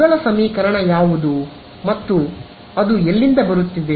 ಮೊದಲ ಸಮೀಕರಣ ಯಾವುದು ಅಥವಾ ಅದು ಎಲ್ಲಿಂದ ಬರುತ್ತಿದೆ